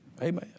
Amen